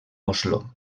oslo